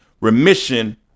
remission